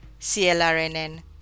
CLRNN